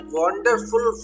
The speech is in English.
wonderful